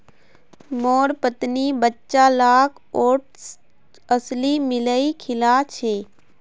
मोर पत्नी बच्चा लाक ओट्सत अलसी मिलइ खिला छेक